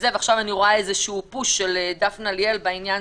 ועכשיו אני רואה איזה פוש של דפנה ליאל בעניין